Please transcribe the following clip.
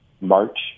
March